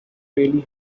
really